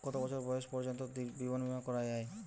কত বছর বয়স পর্জন্ত জীবন বিমা করা য়ায়?